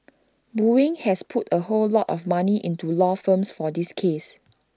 boeing has put A whole lot of money into law firms for this case